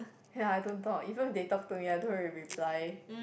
ya I don't talk even they talk to me I don't reply